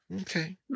Okay